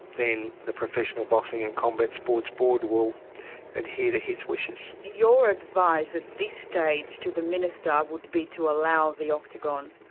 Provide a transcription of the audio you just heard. then the professional boxing and combat sports board will adhere to his wishes. your advice at this stage to the minister would be to allow the octagon?